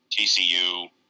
TCU